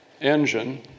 engine